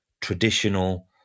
traditional